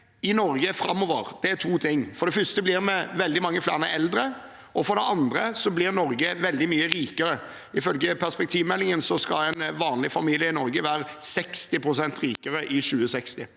i Norge framover, er to ting: For det første blir vi veldig mange flere eldre, og for det andre blir Norge veldig mye rikere. Ifølge perspektivmeldingen skal en vanlig familie i Norge være 60 pst. rikere i 2060.